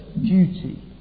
duty